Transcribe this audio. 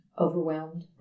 overwhelmed